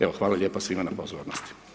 Evo hvala lijepa svima na pozornosti.